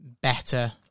better